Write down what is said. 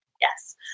yes